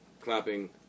clapping